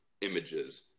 images